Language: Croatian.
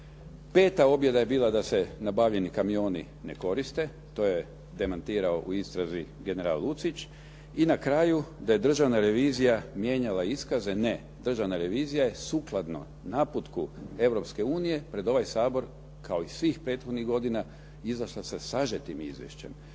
Peta objava je bila da se nabavljeni kamioni ne koriste. To je demantirao u istrazi general Lucić. I na kraju da je Državna revizija mijenjala iskaze. Ne. Državna revizija je sukladno naputku Europske unije, pred ovaj Sabor kao i svih prethodnih godina izašla sa sažetim izvješćem.